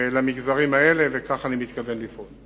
למגזרים האלה, וכך אני מתכוון לפעול.